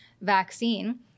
vaccine